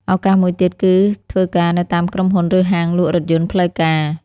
ឱកាសមួយទៀតគឺធ្វើការនៅតាមក្រុមហ៊ុនឬហាងលក់រថយន្តផ្លូវការ។